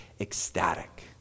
ecstatic